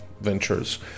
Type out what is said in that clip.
ventures